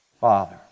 Father